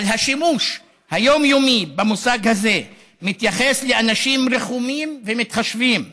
אבל השימוש היומיומי במושג הזה מתייחס לאנשים רחומים ומתחשבים: